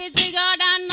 ah da da da and